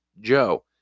Joe